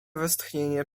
westchnienie